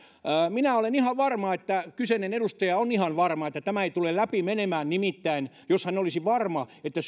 minä olen ihan varma että kyseinen edustaja on ihan varma että tämä ei tule läpi menemään nimittäin jos hän olisi varma että